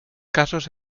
casos